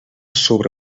sobre